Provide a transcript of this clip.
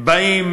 שבאים